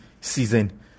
season